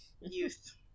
Youth